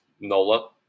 Nola